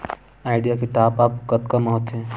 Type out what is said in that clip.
Idea के top आप कतका म होथे?